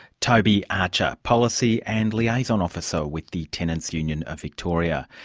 toby archer, policy and liaison officer with the tenants' union of victoria.